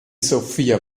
sophia